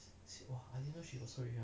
sorry